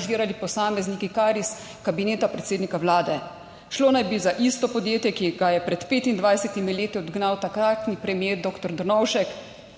angažirali posamezniki kar iz Kabineta predsednika vlade. Šlo naj bi za isto podjetje, ki ga je pred 25 leti odgnal takratni premier doktor Drnovšek